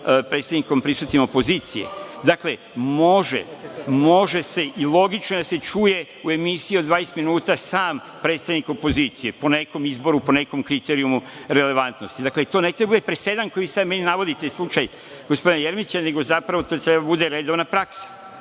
predstavnikom prisutnim opozicije. Dakle, može se i logično je da se čuje u emisiji od 20 minuta sam predstavnik opozicije, po nekom izboru, po nekom kriterijumu relevantnosti. Dakle, to ne treba da bude presedan koji sad meni navodite slučaj gospodina Jeremića, nego zapravo to treba da bude redovna praksa,